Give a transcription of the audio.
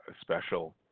special